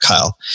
Kyle